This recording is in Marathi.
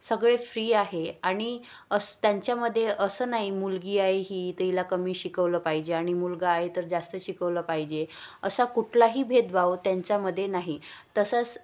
सगळे फ्री आहे आणि असं त्यांच्यामध्ये असं नाही मुलगी आहे ही तर हिला कमी शिकवलं पाहिजे आणि मुलगा आहे तर जास्त शिकवलं पाहिजे असा कुठलाही भेदभाव त्यांच्यामध्ये नाही तसंच